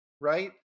right